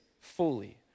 fully